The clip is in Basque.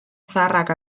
zaharrak